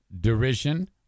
derision